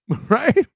Right